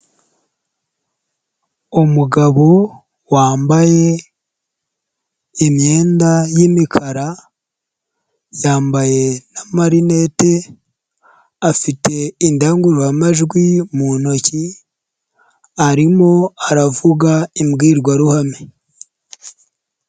Umugabo wambaye imyenda y'imikara, yambaye n'amarinete afite indangururamajwi mu ntoki arimo aravuga imbwirwaruhame.